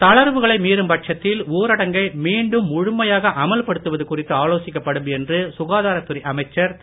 தளர்வுகளை மீறும் பட்சத்தில் ஊரடங்கை மீண்டும் முழுமையாக அமல்படுத்துவது குறித்து ஆலோசிக்கப்படும் என்று சுகாதாரத்துறை அமைச்சர் திரு